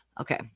okay